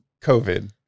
covid